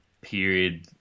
period